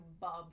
Bub